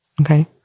Okay